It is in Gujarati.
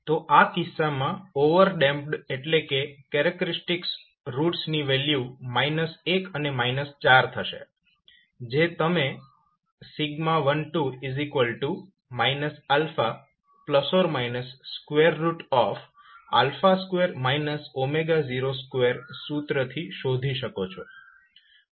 તો આ કિસ્સામાં ઓવરડેમ્પ્ડ એટલે કે કેરેક્ટરીસ્ટિક્સ રૂટ્સની વેલ્યુ 1 અને 4 થશે જે તમે 12 2 02 સૂત્રથી શોધી શકો છો